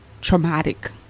traumatic